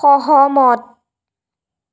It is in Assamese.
সহমত